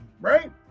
right